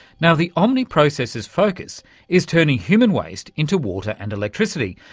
now, the omni processor's focus is turning human waste into water and electricity,